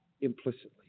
implicitly